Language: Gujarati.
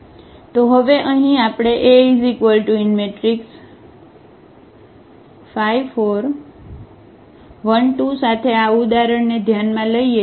તો હવે અહીં આપણે A5 4 1 2 સાથે આ ઉદાહરણને ધ્યાનમાં લઈએ